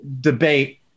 debate